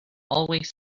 always